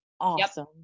awesome